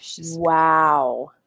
Wow